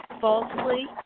falsely